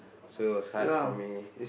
so it was hard for me